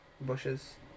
Bushes